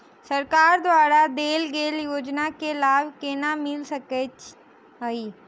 सरकार द्वारा देल गेल योजना केँ लाभ केना मिल सकेंत अई?